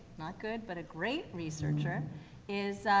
not good, but a great researcher is, ah,